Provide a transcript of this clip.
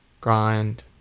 grind